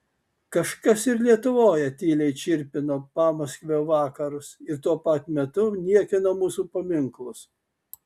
kažkas ir lietuvoje tyliai čirpino pamaskvio vakarus ir tuo pat metu niekino mūsų paminklus